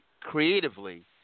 creatively